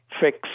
fix